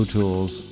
Tools